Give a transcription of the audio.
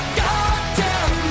goddamn